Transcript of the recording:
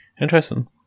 interesting